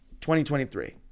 2023